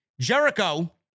Jericho